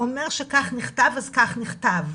אומר שכך נכתב אז כך נכתב.